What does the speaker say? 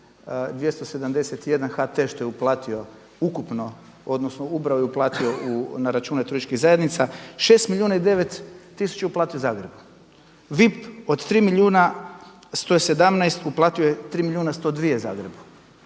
41271 HT što je uplatio ukupno, odnosno ubrao i uplatio na račune turističkih zajednica 6 milijuna i 9 tisuća je uplatio Zagrebu. VIP od 3 milijuna 117 uplatio je 3 milijuna 102 Zagrebu.